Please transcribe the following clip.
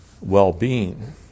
well-being